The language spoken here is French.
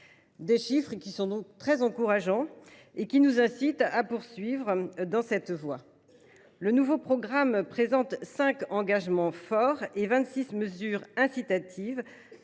Ces chiffres, très encourageants, nous incitent à poursuivre dans cette voie. Le nouveau programme présente 5 engagements forts et 26 mesures incitatives,